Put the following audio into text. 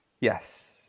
yes